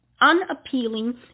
unappealing